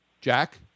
Jack